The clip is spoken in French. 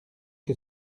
que